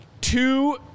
two